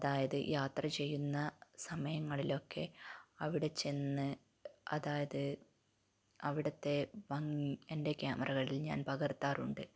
അതായത് യാത്ര ചെയ്യുന്ന സമയങ്ങളിലൊക്കെ അവിടെ ചെന്ന് അതായത് അവിടുത്തെ ഭംഗി എൻ്റെ ക്യാമറകളിൽ ഞാൻ പകർത്താറുണ്ട്